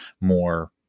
more